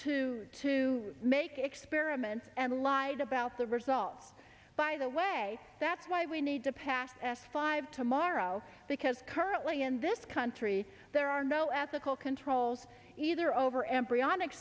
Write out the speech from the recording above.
to to make experiments and lied about the results by the way that's why we need to pass s five tomorrow because currently in this country there are no ethical controls either over embryonic